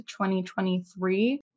2023